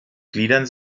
gliedern